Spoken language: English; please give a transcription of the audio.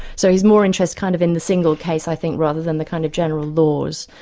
so he's more interested kind of in the single case i think, rather than the kind of general laws.